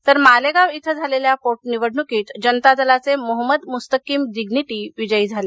तर मालेगाव येथ झालेल्या पोटनिवडणूकीत जनता दलाचे मोहम्मद मुस्तकीम डिग्नीटी विजयी झाले